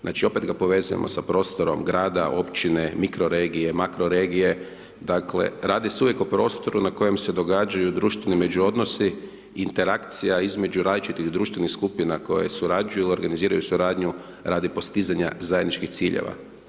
Znači opet ga povezujemo sa prostorom grada, općine, mikroregije, makroregije, dakle radi se uvijek o prostoru na kojem se događaju društveni međuodnosi interakcija između različitih društvenih skupina koje surađuju ili organiziraju suradnju radi postizanja zajedničkih ciljeva.